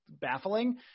baffling